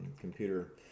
computer